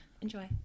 Enjoy